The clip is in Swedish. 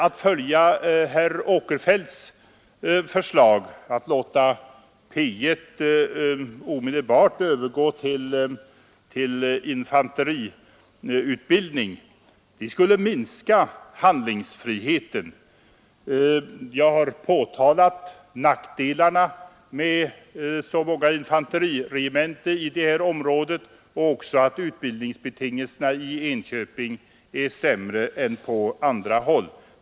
Att följa herr Åkerfeldts föslag att låta P I omedelbart övergå till infanteriutbildning skulle minska handlingsfriheten. Jag har påtalat nackdelarna med så många infanteriregementen i detta område och även att utbildningsbetingelserna i Enköping är sämre än på andra håll.